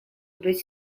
być